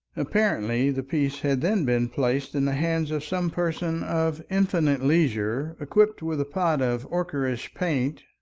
apparently the piece had then been placed in the hands of some person of infinite leisure equipped with a pot of ocherous paint,